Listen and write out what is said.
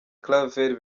claver